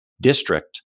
District